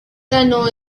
ganó